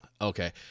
Okay